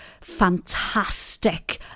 fantastic